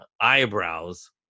eyebrows